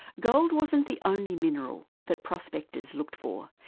gold wasn't the only mineral that prospectors looked for,